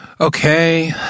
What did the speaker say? okay